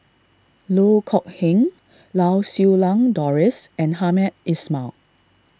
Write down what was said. Loh Kok Heng Lau Siew Lang Doris and Hamed Ismail